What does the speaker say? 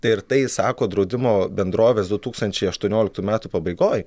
tai ir tai sako draudimo bendrovės du tūkstančiai aštuonioliktų metų pabaigoj